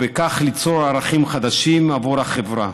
ובכך ליצור ערכים חדשים עבור החברה.